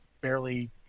barely